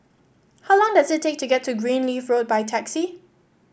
how long does it take to get to Greenleaf Road by taxi